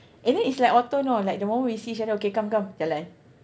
and then it's like auto know like the momemt we see each other okay come come jalan